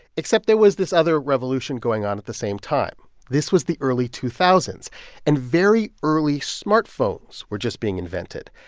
except there was this other revolution going on at the same time. this was the early two and very early smartphones were just being invented.